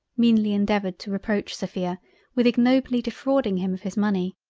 meanly endeavoured to reproach sophia with ignobly defrauding him of his money.